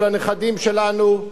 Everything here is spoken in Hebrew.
של הנכדים שלנו,